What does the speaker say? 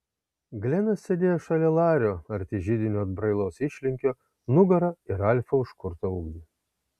glenas sėdėjo šalia lario arti židinio atbrailos išlinkio nugara į ralfo užkurtą ugnį